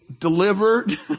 delivered